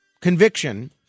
Conviction